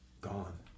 gone